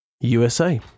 USA